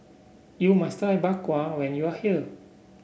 you must try Bak Kwa when you are here